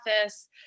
office